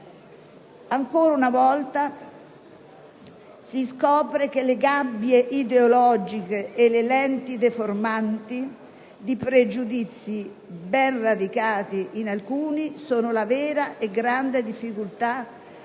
Ancora una volta, allora, si scopre che le gabbie ideologiche e le lenti deformanti di pregiudizi ben radicati per alcuni sono la vera grande difficoltà